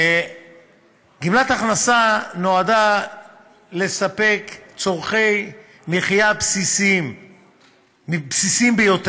גמלת הכנסה נועדה לספק צורכי מחיה בסיסיים ביותר